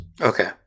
Okay